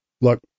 Look